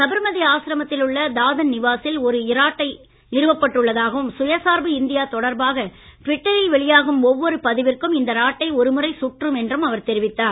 சபர்மதி ஆசிரமத்தில் உள்ள தாதன் நிவாசில் ஒரு இராட்டை நிறுவப்பட்டு உள்ளதாகவும் சுயசார்பு இந்தியா தொடர்பாக ட்விட்டரில் வெளியாகும் ஒவ்வொரு பதிவிற்கும் இந்த இராட்டை ஒருமுறை சுற்றும் என்றும் அவர் தெரிவித்தார்